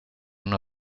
una